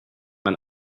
man